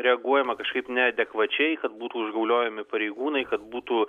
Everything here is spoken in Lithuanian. reaguojama kažkaip neadekvačiai kad būtų užgauliojami pareigūnai kad būtų